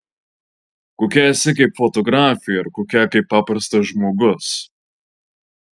kokia esi kaip fotografė ir kokia kaip paprastas žmogus